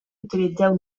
utilitzeu